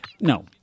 No